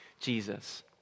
Jesus